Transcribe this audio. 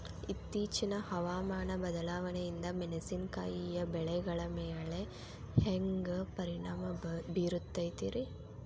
ಇತ್ತೇಚಿನ ಹವಾಮಾನ ಬದಲಾವಣೆಯಿಂದ ಮೆಣಸಿನಕಾಯಿಯ ಬೆಳೆಗಳ ಮ್ಯಾಲೆ ಹ್ಯಾಂಗ ಪರಿಣಾಮ ಬೇರುತ್ತೈತರೇ?